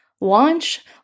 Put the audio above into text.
launch